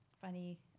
funny